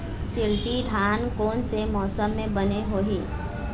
शिल्टी धान कोन से मौसम मे बने होही?